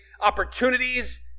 opportunities